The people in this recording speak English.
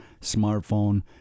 smartphone